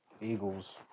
Eagles